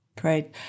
Great